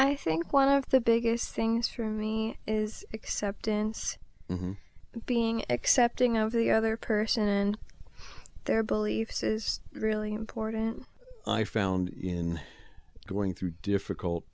i think one of the biggest things is acceptance and being accepting of the other person in their beliefs is really important i found in going through difficult